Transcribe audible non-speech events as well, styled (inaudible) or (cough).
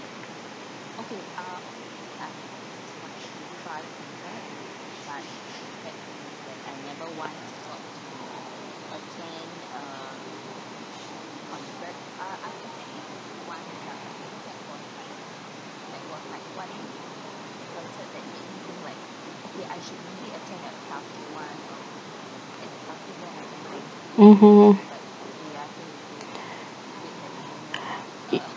mmhmm (breath)